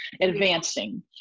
Advancing